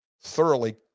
thoroughly